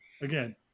again